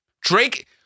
Drake